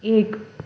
ایک